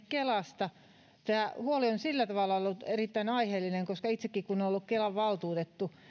kelasta tämä huoli on sillä tavalla ollut erittäin aiheellinen koska kun itsekin olen ollut kelan valtuutettu